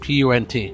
punt